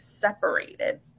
separated